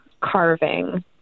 carving